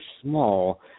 small